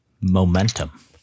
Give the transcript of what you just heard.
Momentum